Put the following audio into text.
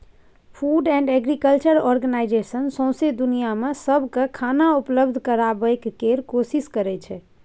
food and agriculture organisation सौंसै दुनियाँ मे सबकेँ खाना उपलब्ध कराबय केर कोशिश करइ छै